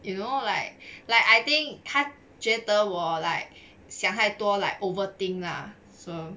you know like like I think 他觉得我 like 想太多 like overthink lah so